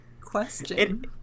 Question